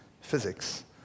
physics